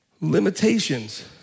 Limitations